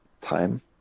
time